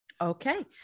Okay